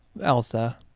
Elsa